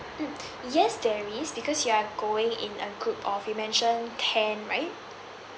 mm yes there is because you are going in a group of you mentioned ten right